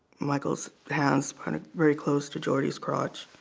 michaels has kind of very close to georgie's crotch